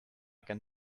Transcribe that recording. can